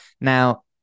Now